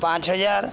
ପାଞ୍ଚ ହଜାର